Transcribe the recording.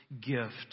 gift